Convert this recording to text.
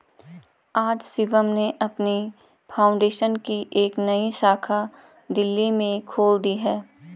आज शिवम ने अपनी फाउंडेशन की एक नई शाखा दिल्ली में खोल दी है